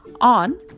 on